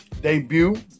Debut